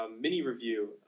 mini-review